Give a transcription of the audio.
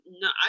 no